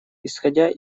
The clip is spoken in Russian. исходя